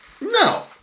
No